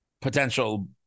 potential